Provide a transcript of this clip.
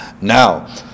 Now